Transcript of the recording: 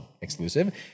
exclusive